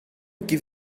give